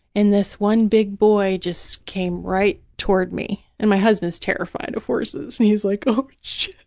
and this one big boy just came right toward me, and my husband is terrified of horses and he's like, oh, shit